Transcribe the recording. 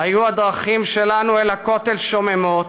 "היו הדרכים שלנו אל הכותל שוממות,